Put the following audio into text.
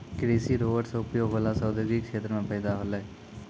कृषि रोवेट से उपयोग होला से औद्योगिक क्षेत्र मे फैदा होलै